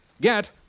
Get